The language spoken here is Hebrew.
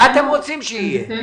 אבל אני אציג את עיקרי התיקון.